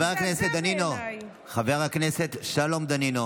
חבר הכנסת דנינו, חבר הכנסת שלום דנינו,